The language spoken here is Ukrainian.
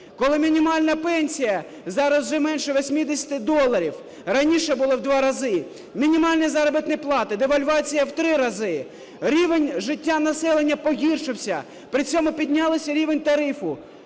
коли мінімальна пенсія зараз вже менше 80 доларів? Раніше була в два рази. Мінімальні заробітні плати, девальвація – в три рази. Рівень життя населення погіршився. При цьому піднявся рівень тарифу.